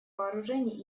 вооружений